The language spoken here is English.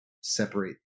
separate